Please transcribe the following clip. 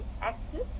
active